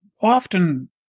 often